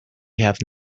have